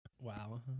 Wow